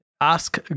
Ask